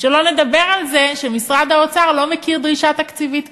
שלא לדבר על זה שמשרד האוצר לא מכיר דרישה תקציבית כזאת.